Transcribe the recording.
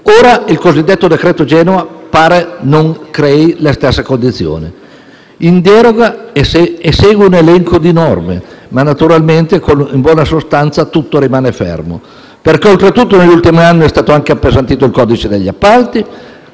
Ora, il cosiddetto decreto Genova pare non crei le stesse condizioni. «In deroga a», e segue un elenco di norme, ma in buona sostanza tutto rimane fermo, perché oltretutto negli ultimi anni è stato anche appesantito il codice degli appalti.